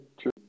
true